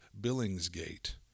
Billingsgate